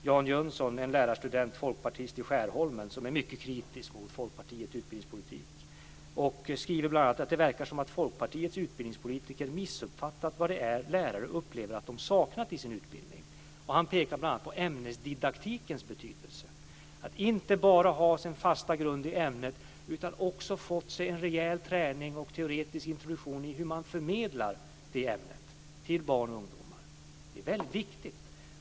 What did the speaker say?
Jan Jönsson, en folkpartistisk lärarstudent i Skärholmen som är mycket kritisk mot Folkpartiets utbildningspolitik skriver bl.a. att det verkar som om Folkpartiets utbildningspolitiker har missuppfattat vad det är lärare upplever att de saknat i sin utbildning. Han pekar bl.a. på ämnesdidaktikens betydelse, att inte bara ha sin fasta grund i ämnet, utan att också ha fått sig en rejäl träning och teoretisk introduktion i hur man förmedlar ämnet till barn och ungdomar. Det är väldigt viktigt.